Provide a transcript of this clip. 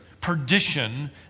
Perdition